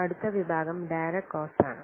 അടുത്ത വിഭാഗം direct cost ആണ്